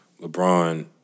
LeBron